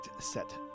set